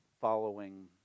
following